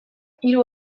hiru